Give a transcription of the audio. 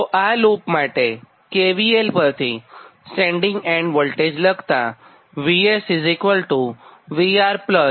તો આ લુપ માટે KVL પરથી સેન્ડિંગ એન્ડ વોલ્ટેજ લખતાં VS VR Z IL થાય